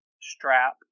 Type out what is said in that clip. strap